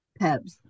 pebs